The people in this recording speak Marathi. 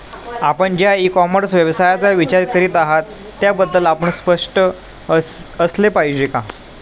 आपण ज्या इ कॉमर्स व्यवसायाचा विचार करीत आहात त्याबद्दल आपण स्पष्ट असले पाहिजे का?